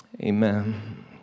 Amen